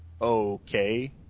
okay